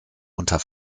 unter